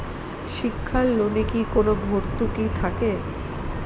শিক্ষার লোনে কি কোনো ভরতুকি থাকে?